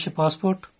passport